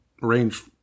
range